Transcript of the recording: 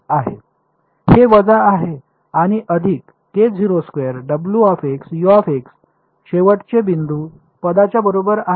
हे वजा आहे आणि अधिक शेवटचे बिंदू पदाच्या बरोबर आहे